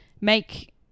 make